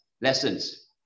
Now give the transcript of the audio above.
lessons